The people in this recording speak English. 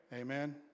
Amen